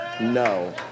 no